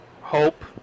Hope